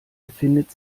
befindet